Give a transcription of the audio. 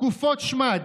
תקופות שמד,